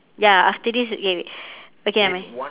ya after this okay wait okay I